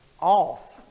off